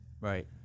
right